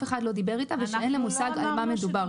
אחד לא דיברת איתה ושאין לה מושג על מה מדובר.